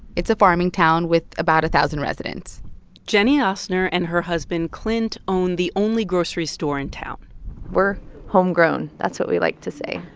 it's a farming town with about a thousand residents jenny osner and her husband, clint, own the only grocery store in town we're homegrown. that's what we like to say.